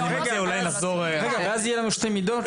אז יהיו לנו שתי מידות.